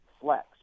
flex